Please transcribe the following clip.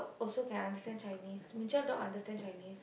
also can understand Chinese Ming Qiao dog understand Chinese